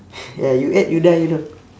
ya you add you die you know